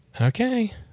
okay